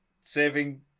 saving